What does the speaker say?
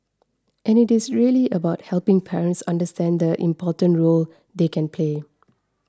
and it is really about helping parents understand the important role they can play